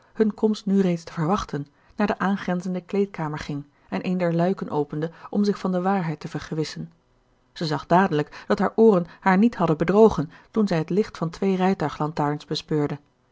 hun komst nu reeds te verwachten naar de aangrenzende kleedkamer ging en een der luiken opende om zich van de waarheid te vergewissen zij zag dadelijk dat haar ooren haar niet hadden bedrogen toen zij het licht van twee rijtuiglantaarns bespeurde